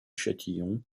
châtillon